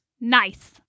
Nice